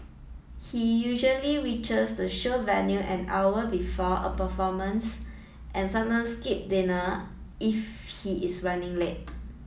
he usually reaches the show venue an hour before a performance and sometimes skip dinner if he is running late